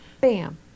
Bam